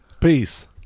peace